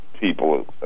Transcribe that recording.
people